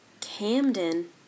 Camden